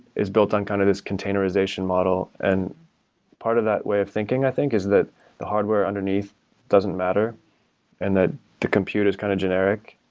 is built on kind of this containerization model, and part of that way of thinking i think is that the hardware underneath doesn't matter and that the compute is kind of generic.